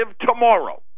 tomorrow